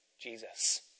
Jesus